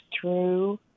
true